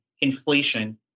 inflation